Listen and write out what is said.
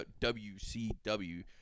WCW